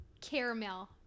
Caramel